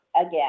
again